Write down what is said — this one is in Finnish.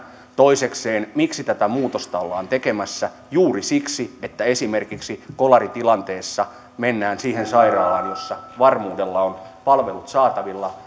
toisekseen miksi tätä muutosta ollaan tekemässä juuri siksi että esimerkiksi kolaritilanteessa mennään siihen sairaalaan jossa varmuudella ovat palvelut saatavilla